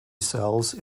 cells